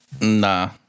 Nah